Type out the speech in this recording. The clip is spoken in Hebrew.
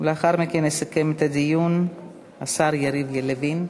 ולאחר מכן יסכם את הדיון השר יריב לוין.